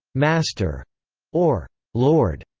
master or lord.